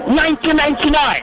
1999